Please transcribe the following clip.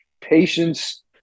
Patience